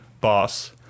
Boss